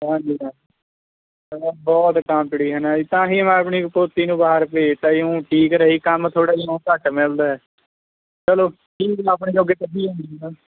ਹਾਂਜੀ ਹਾਂਜੀ ਹੋਰ ਬਹੁਤ ਕਾਂਪੀਟੀਸ਼ਨ ਹੈ ਜੀ ਤਾਂ ਹੀ ਮੈਂ ਆਪਣੀ ਪੋਤੀ ਨੂੰ ਬਾਹਰ ਭੇਜ ਤਾ ਜੀ ਊਂ ਠੀਕ ਰਹੀ ਕੰਮ ਥੋੜ੍ਹਾ ਜਿਹਾ ਘੱਟ ਮਿਲਦਾ ਚਲੋ ਠੀਕ ਜੇ ਆਪਣੇ ਜੋਗੇ ਕੱਢੀ ਜਾਂਦੀ ਆ